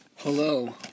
Hello